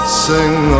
sing